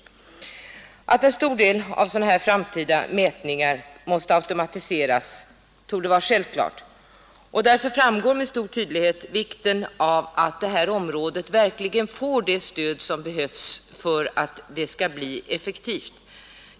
Att en stor del av sådana här framtida mätningar måste automatiseras borde vara självklart, och därför framträder med stor tydlighet vikten av att det här området verkligen får det stöd som behövs för att verksamheten skall bli effektiv.